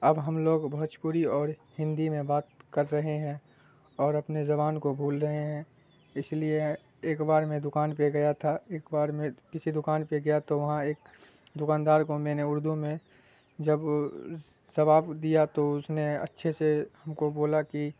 اب ہم لوگ بھوجپوری اور ہندی میں بات کر رہے ہیں اور اپنے زبان کو بھول رہے ہیں اس لیے ایک بار میں دکان پہ گیا تھا ایک بار میں کسی دکان پہ گیا تو وہاں ایک دکاندار کو میں نے اردو میں جب زواب دیا تو اس نے اچھے سے ہم کو بولا کہ